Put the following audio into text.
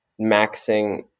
maxing